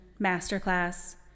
masterclass